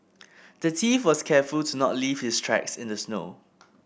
the thief was careful to not leave his tracks in the snow